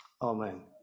Amen